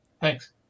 Thanks